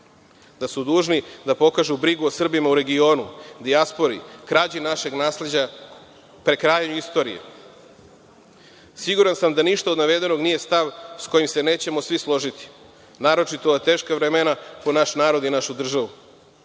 da su dužni da pokažu brigu o Srbima u regionu, dijaspori, krađi našeg nasleđa, prekrajanju istorije. Siguran sam da ništa od navedenog nije stav s kojim se nećemo svi složiti, naročito u ova teška vremena po naš narod i našu državu.